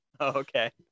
Okay